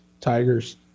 Tigers